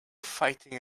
fighting